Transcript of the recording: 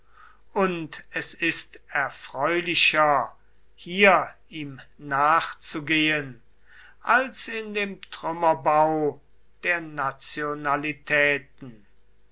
und es ist erfreulicher hier ihm nachzugehen als in dem trümmerbau der nationalitäten